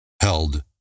held